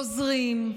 עוזרים,